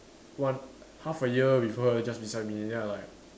one half a year with her just beside me then I like